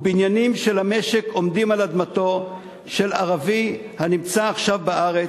ובניינים של המשק עומדים על אדמתו של ערבי הנמצא עכשיו בארץ.